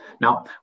Now